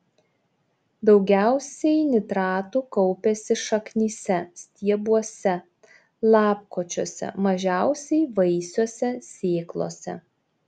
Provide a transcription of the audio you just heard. daugiausiai nitratų kaupiasi šaknyse stiebuose lapkočiuose mažiausiai vaisiuose sėklose